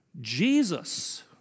Jesus